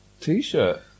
t-shirt